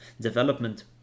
development